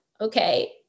okay